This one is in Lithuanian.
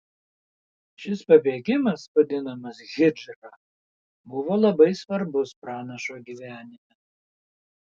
šis pabėgimas vadinamas hidžra buvo labai svarbus pranašo gyvenime